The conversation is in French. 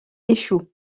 échoue